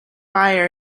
buyer